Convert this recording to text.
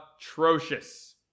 atrocious